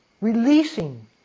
Releasing